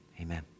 Amen